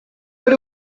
but